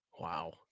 Wow